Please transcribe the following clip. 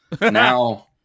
Now